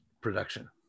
production